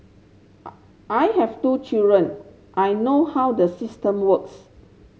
I have two children I know how the system works